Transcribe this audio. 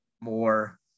more